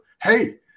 Hey